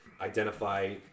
identify